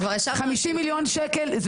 50 מיליון שקלים,